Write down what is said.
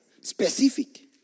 specific